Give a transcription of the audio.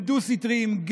הם דו-סטריים.